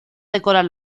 decorar